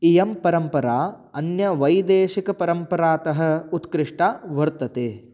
इयं परम्परा अन्यवैदेशिकपरम्परातः उत्कृष्टा वर्तते